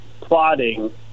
plotting